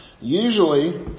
Usually